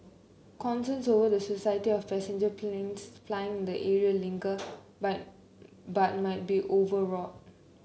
concerns over the society of passenger planes flying in the area linger but but might be overwrought